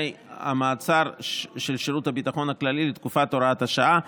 המעצר שתחת שירות הביטחון הכללי לתקופת הוראת השעה.